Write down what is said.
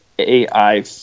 AI